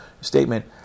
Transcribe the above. statement